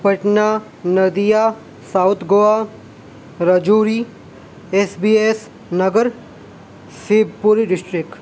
Patna Nadia south Goa Rajouri S B S Nagar Shivpuri district